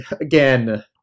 again